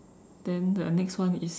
then the next one is